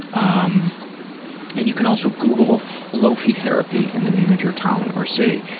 um and you can also google low-fee therapy and the name of your town or city,